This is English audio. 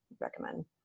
recommend